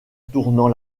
tournant